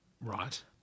Right